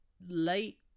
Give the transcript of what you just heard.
late